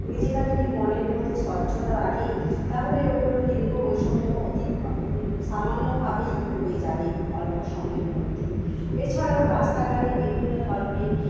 নিজেরা যদি মনের মধ্যে স্বচ্ছতা রাখে তাহলে ওগুলো লিঙ্গ বৈষম্য সামান্যভাবেই দূর হয়ে যাবে অল্প সময়ের মধ্যে এছাড়ারাও রাস্তাঘাটে বিভিন্ন ধরণের